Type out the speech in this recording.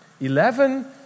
Eleven